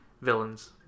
villains